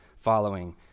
following